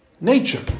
nature